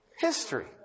History